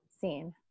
seen